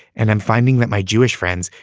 and i'm finding that my jewish friends,